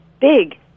big